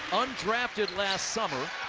undrafted last summer.